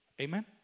Amen